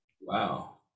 Wow